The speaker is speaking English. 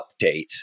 update